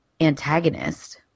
antagonist